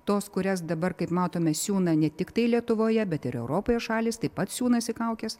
tos kurias dabar kaip matome siūna ne tiktai lietuvoje bet ir europoje šalys taip pat siūnasi kaukes